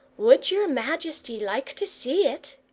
would your majesty like to see it?